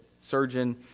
surgeon